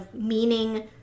meaning